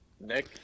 Nick